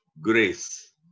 grace